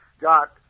got